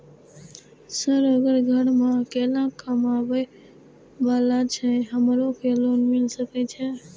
Sir अगर घर में अकेला कमबे वाला छे हमरो के लोन मिल सके छे?